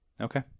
Okay